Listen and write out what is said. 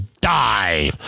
die